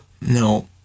no